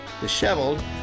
disheveled